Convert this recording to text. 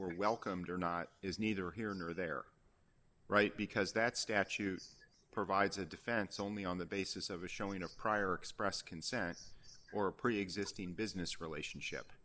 were welcomed or not is neither here nor there right because that statute provides a defense only on the basis of a showing of prior express consent or a preexisting business relationship